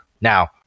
Now